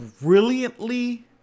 brilliantly